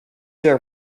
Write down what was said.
are